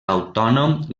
autònom